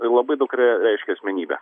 tai labai daug re reiškia asmenybė